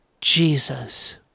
Jesus